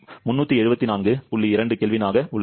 ஆக உள்ளது